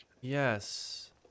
Yes